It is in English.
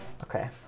okay